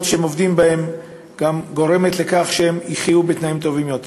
שהם עובדים בהן גם גורמת לכך שהם יחיו בתנאים טובים יותר.